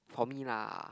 for me lah